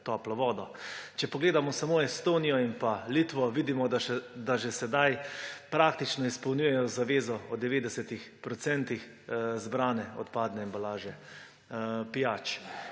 toplo vodo. Če pogledamo samo Estonijo in Litvo, vidimo, da že sedaj praktično izpolnjujejo zavezo o 90 % zbrane odpadne embalaže pijač.